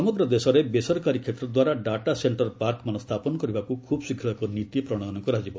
ସମଗ୍ର ଦେଶରେ ବେସରକାରୀ କ୍ଷେତ୍ରଦ୍ୱାରା ଡାଟା ସେଣ୍ଟର ପାର୍କମାନ ସ୍ଥାପନ କରିବାକୁ ଖୁବ୍ ଶୀଘ୍ର ଏକ ନୀତି ପ୍ରଣୟନ କରାଯିବ